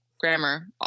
grammar